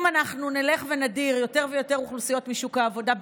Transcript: אם אנחנו נלך ונדיר יותר ויותר אוכלוסיות משוק העבודה,